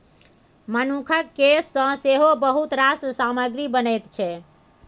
मनुखक केस सँ सेहो बहुत रास सामग्री बनैत छै